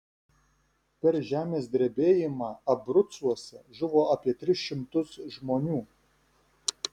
per žemės drebėjimą abrucuose žuvo apie tris šimtus žmonių